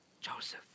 Joseph